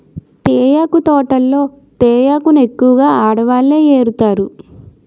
తేయాకు తోటల్లో తేయాకును ఎక్కువగా ఆడవాళ్ళే ఏరుతారు